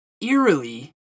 Eerily